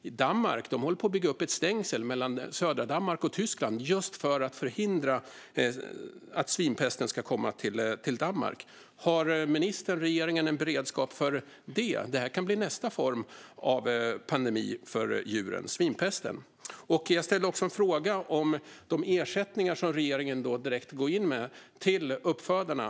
I Danmark håller de på att bygga upp ett stängsel mellan södra Danmark och Tyskland just för att förhindra att svinpesten ska komma till Danmark. Har ministern och regeringen en beredskap för detta? Svinpesten kan bli nästa form av pandemi för djuren. Jag ställde också en fråga om de ersättningar som regeringen direkt går in med till uppfödarna.